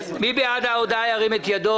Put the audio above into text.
מי בעד אישור ההודעה?